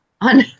on